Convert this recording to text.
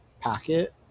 packet